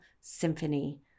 symphony